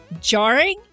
Jarring